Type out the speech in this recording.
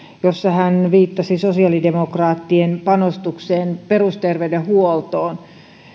jossa hän viittasi sosiaalidemokraattien panostukseen perusterveydenhuoltoon